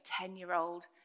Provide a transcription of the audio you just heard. ten-year-old